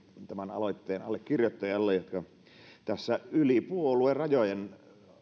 aloitteen allekirjoittajalle jotka yli puoluerajojen